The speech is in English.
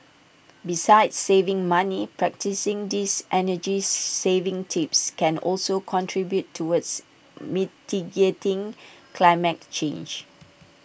besides saving money practising these energy saving tips can also contribute towards mitigating climate change